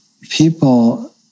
people